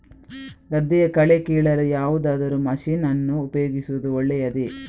ಗದ್ದೆಯ ಕಳೆ ಕೀಳಲು ಯಾವುದಾದರೂ ಮಷೀನ್ ಅನ್ನು ಉಪಯೋಗಿಸುವುದು ಒಳ್ಳೆಯದೇ?